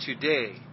Today